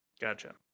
Gotcha